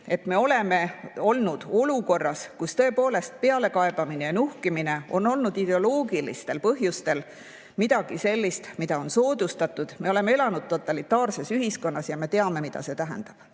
et me oleme olnud olukorras, kus pealekaebamine ja nuhkimine on olnud ideoloogilistel põhjustel midagi sellist, mida on soodustatud. Me oleme elanud totalitaarses ühiskonnas ja me teame, mida see tähendab. Võib-olla